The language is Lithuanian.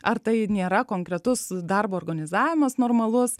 ar tai nėra konkretus darbo organizavimas normalus